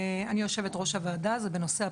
אני יושבת ראש הוועדה, זה בנושא הפוליגמיה.